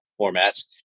formats